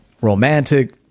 romantic